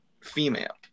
female